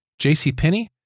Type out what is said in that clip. JCPenney